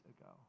ago